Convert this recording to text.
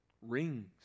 rings